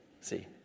See